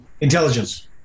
Intelligence